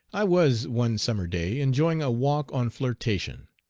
i was one summer day enjoying a walk on flirtation.